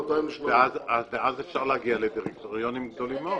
אז אפשר להגיע לדירקטוריונים גדולים מאוד.